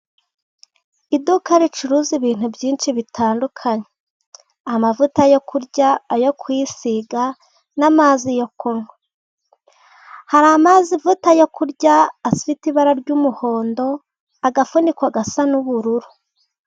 Iduka ricuruza ibintu byinshi bitandukanye, amavuta yo kurya ayo kwisiga, n'amazi yo kunywa. Hari amavuta yo kurya afite ibara ry'umuhondo, agafuniko gasa n'ubururu.